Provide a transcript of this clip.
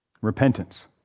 Repentance